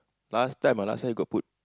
last time ah last time he got put